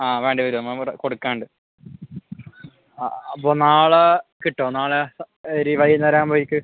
ആ വേണ്ടിവരും വേറെ കൊടുക്കാണ്ട് ആ അപ്പോൾ നാളെ കിട്ടോ നാളെ ഒരു വൈകുന്നേരം ആമ്പളേക്ക്